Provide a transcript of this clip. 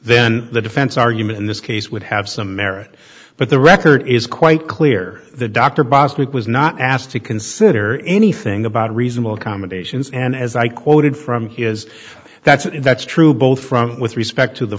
then the defense argument in this case would have some merit but the record is quite clear that dr bostwick was not asked to consider anything about reasonable accommodations and as i quoted from he is that's that's true both from with respect t